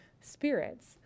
spirits